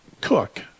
cook